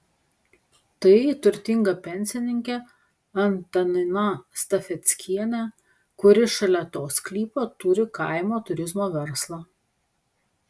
tai turtinga pensininkė antanina stafeckienė kuri šalia to sklypo turi kaimo turizmo verslą